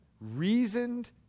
reasoned